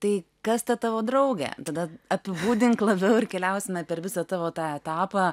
tai kas ta tavo draugė tada apibūdink labiau ir keliausime per visą tavo tą etapą